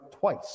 twice